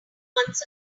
months